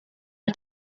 are